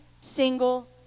single